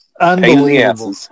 Unbelievable